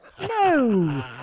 No